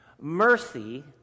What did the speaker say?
mercy